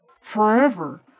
forever